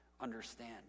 understand